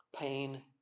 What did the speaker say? pain